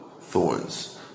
thorns